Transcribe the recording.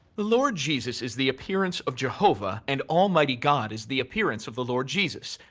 the lord jesus is the appearance of jehovah, and almighty god is the appearance of the lord jesus.